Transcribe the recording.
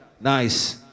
Nice